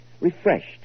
refreshed